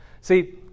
See